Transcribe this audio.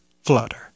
flutter